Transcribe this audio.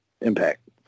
Impact